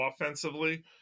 offensively